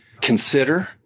consider